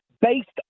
based